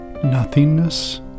nothingness